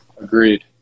Agreed